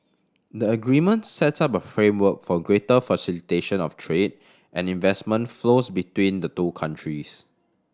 the agreement sets up a framework for greater facilitation of trade and investment flows between the two countries